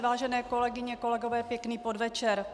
Vážené kolegyně, kolegové, pěkný podvečer.